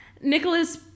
Nicholas